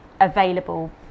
available